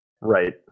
Right